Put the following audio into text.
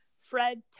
Fred